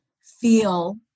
feel